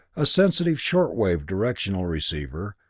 a sensitive short-wave directional receiver,